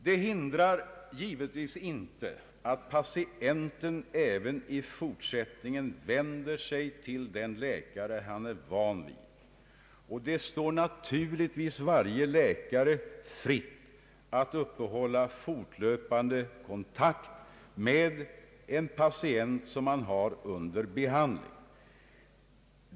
Det hindrar givetvis inte att patienten även i fortsättningen vänder sig till den läkare han är van vid, och det står naturligtvis varje läkare fritt att uppehålla fortlöpande kontakt med en patient, som han har under behandling.